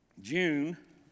June